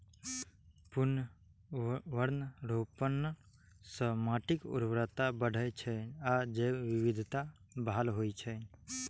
पुनर्वनरोपण सं माटिक उर्वरता बढ़ै छै आ जैव विविधता बहाल होइ छै